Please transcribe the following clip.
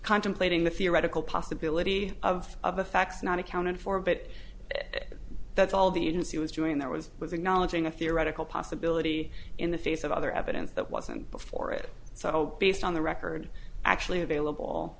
contemplating the theoretical possibility of the facts not accounted for but that that's all the agency was doing there was was acknowledging a theoretical possibility in the face of other evidence that wasn't before it so based on the record actually available